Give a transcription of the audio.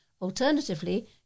Alternatively